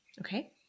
Okay